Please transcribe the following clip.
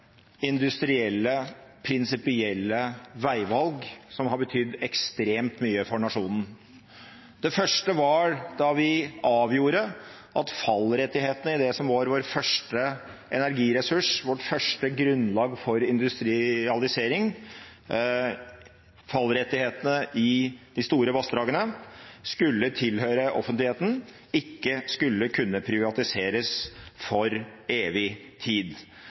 industrielle og prinsipielle veivalg som har betydd ekstremt mye for nasjonen. Det første var da vi avgjorde at fallrettighetene i det som var vår første energiressurs, vårt første grunnlag for industrialisering, fallrettighetene i de store vassdragene, skulle tilhøre offentligheten – ikke skulle kunne privatiseres for evig tid.